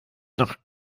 noch